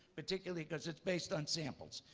particularly because it's based on samples.